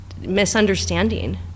misunderstanding